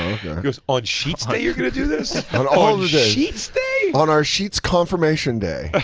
goes on sheets that you're going to do this? on sheets day? on our sheets confirmation day.